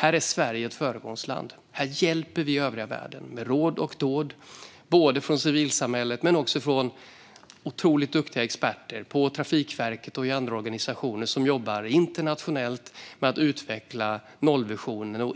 Här är Sverige ett föregångsland. Här hjälper vi övriga världen med råd och dåd, både från civilsamhället och från otroligt duktiga experter på Trafikverket och i andra organisationer som jobbar internationellt med att utveckla och